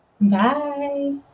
Bye